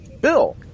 Bill